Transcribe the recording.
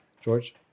George